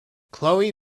chloe